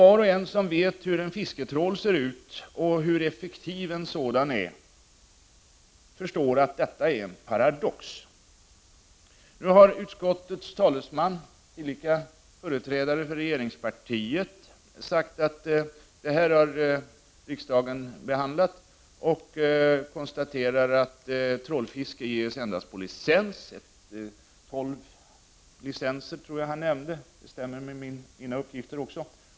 Var och en som vet hur en fisketrål ser ut och hur effektiv en sådan är förstår att detta är en paradox. Nu har utskottets talesman, till lika företrädare för regeringspartiet sagt att detta har riksdagen behandlat och konstaterat att trålfiske ges endast på licens. Jag tror han nämnde tolv licenser, vilket stäm mer med mina uppgifter.